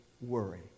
worry